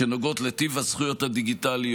שנוגעות לטיב הזכויות הדיגיטליות,